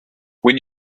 when